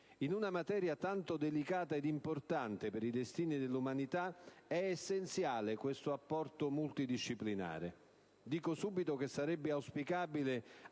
In una materia tanto delicata e importante per i destini dell'umanità, è essenziale questo apporto multidisciplinare. Dico subito che sarebbe auspicabile